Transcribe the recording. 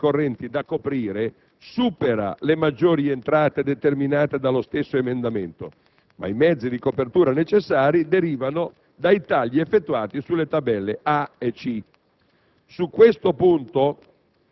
in termini di aumento degli oneri correnti da coprire, supera le maggiori entrate determinate dallo stesso emendamento, ma i mezzi di copertura necessari derivano dai tagli effettuati sulle tabelle A e C.